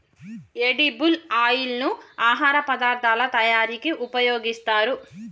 edible oil ను ఆహార పదార్ధాల తయారీకి ఉపయోగిస్తారు